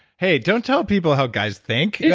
hey, don't tell people how guys think.